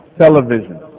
television